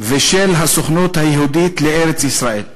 ושל הסוכנות היהודית לארץ-ישראל,